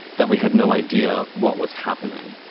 that we had no idea what was happening.